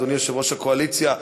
אדוני יושב-ראש הקואליציה,